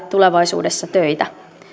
tulevaisuudessa töitä